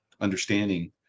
understanding